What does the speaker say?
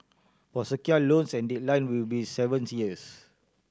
for secured loans the deadline will be seventy years